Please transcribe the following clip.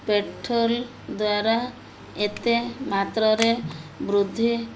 petrol ଦ୍ୱାରା ଏତେ ମାତ୍ରରେ ବୃଦ୍ଧି